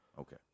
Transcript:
Okay